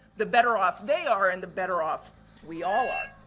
the better off they are and the better off we all are.